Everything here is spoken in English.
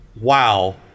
wow